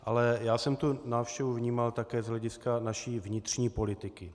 Ale já jsem tu návštěvu vnímal také z hlediska naší vnitřní politiky.